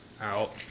out